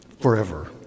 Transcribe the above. forever